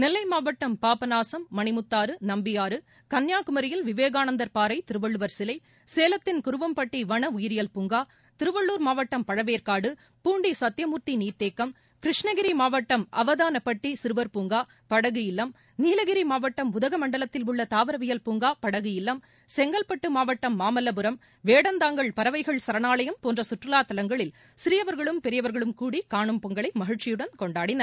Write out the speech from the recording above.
நெல்லை மாவட்டம் பாபநாசம் மணிமுத்தாறு நம்பியாறு கன்னியாகுமரியில் விவேகானந்தர் பாறை திருவள்ளுவர் சிலை சேலத்தின் குருவம்பட்டி வன உயிரியல் பூங்கா திருவள்ளுர் மாவட்டம் பழவேற்காடு பூண்டி சத்யமூர்த்தி நீர்த்தேக்கம் கிருஷ்ணகிரி மாவட்டம் அவதானபட்டி சிறுவர்பூங்கா படகு இல்லம் நீலகிரி மாவட்டம் உதகமண்டலத்தில் உள்ள தாவரவியல் பூங்கா படகு இல்லம் செங்கல்பட்டு மாவட்டம் மாமல்லபுரம் வேடந்தாங்கல் பறவைகள் சரணாலயம் போன்ற சுற்றுலாத் தலங்களில் சிறியவர்களும் பெரியவர்களும் கூடி காணும் பொங்கலை மகிழ்ச்சியுடன் கொண்டாடினர்